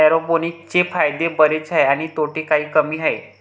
एरोपोनिक्सचे फायदे बरेच आहेत आणि तोटे काही कमी आहेत